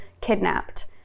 kidnapped